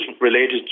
related